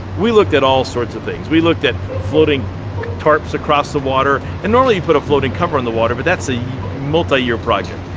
we looked at all sorts of things. we looked at floating tarps across the water, and normally, you put a floating cover on the water but that's a multi-year project.